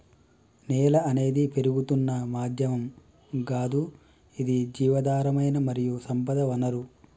నేల అనేది పెరుగుతున్న మాధ్యమం గాదు ఇది జీవధారమైన మరియు సంపద వనరు